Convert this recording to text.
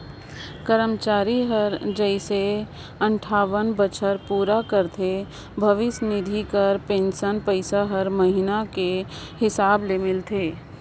करमचारी हर जइसे अंठावन बछर पूरा करथे भविस निधि कर पेंसन पइसा हर महिना कर हिसाब ले मिलथे